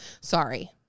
Sorry